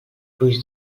fluix